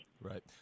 Right